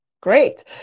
Great